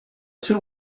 two